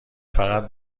فقط